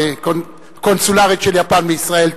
הקונסולרית של יפן בישראל.